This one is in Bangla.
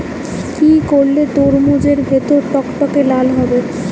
কি করলে তরমুজ এর ভেতর টকটকে লাল হবে?